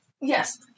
Yes